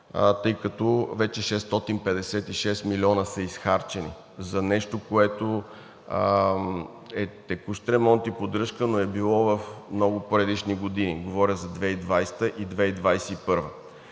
тъй като вече 656 милиона са изхарчени за нещо, което е текущ ремонт и поддръжка, но е било в много предишни години, говоря за 2020 и 2021